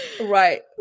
Right